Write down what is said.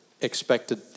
Expected